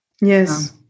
Yes